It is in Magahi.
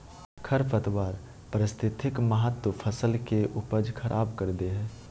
खरपतवार पारिस्थितिक महत्व फसल के उपज खराब कर दे हइ